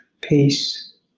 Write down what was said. peace